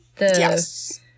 Yes